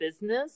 business